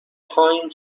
خواهیم